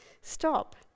stop